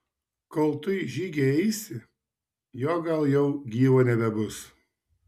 kol tu į žygį eisi jo gal jau gyvo nebebus